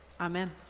Amen